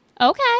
okay